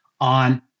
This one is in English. on